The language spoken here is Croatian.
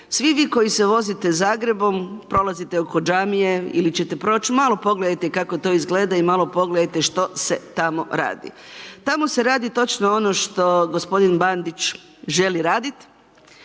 Svi vi koji se vozite Zagrebom, prolazite oko džamije ili ćete proć, malo pogledajte kako to izgleda i malo pogledajte što se tamo radi. Tamo se radi točno ono što gospodin Bandić želi radit,